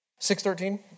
613